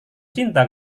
cinta